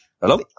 hello